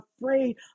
afraid